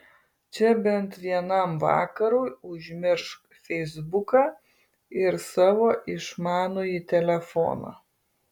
čia bent vienam vakarui užmiršk feisbuką ir savo išmanųjį telefoną